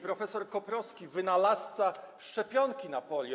Prof. Koprowski, wynalazca szczepionki na polio.